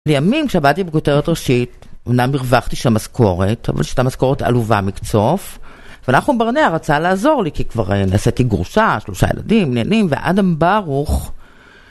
לימים כשבאתי בכותרת ראשית, אומנם הרווחתי שם משכורת, אבל שהיתה משכורת עלובה מקצוף. ונחום ברנע רצה לעזור לי, כי כבר נעשיתי גרושה, שלושה ילדים, עניינים, ואדם ברוך.